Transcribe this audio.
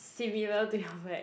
similar to your bag